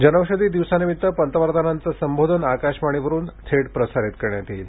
जनौषधी दिवसानिमित्त पंतप्रधानांचं संबोधन आकाशवाणीवरुन थेट प्रसारित करण्यात येईल